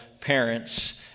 parents